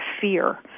fear